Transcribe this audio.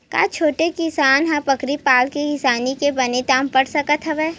का छोटे किसान ह बकरी पाल के किसानी के बने दाम पा सकत हवय?